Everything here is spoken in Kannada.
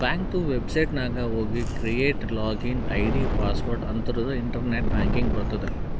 ಬ್ಯಾಂಕದು ವೆಬ್ಸೈಟ್ ನಾಗ್ ಹೋಗಿ ಕ್ರಿಯೇಟ್ ಲಾಗಿನ್ ಐ.ಡಿ, ಪಾಸ್ವರ್ಡ್ ಅಂದುರ್ ಇಂಟರ್ನೆಟ್ ಬ್ಯಾಂಕಿಂಗ್ ಬರ್ತುದ್